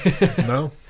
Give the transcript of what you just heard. no